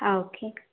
ஆ okay